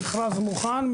המכרז מוכן.